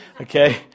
okay